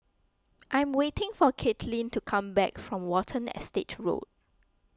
I'm waiting for Katelyn to come back from Watten Estate Road